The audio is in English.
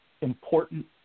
important